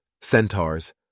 centaurs